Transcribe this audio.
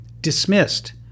dismissed